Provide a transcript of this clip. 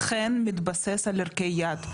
אכן מתבסס על ערכי יעד,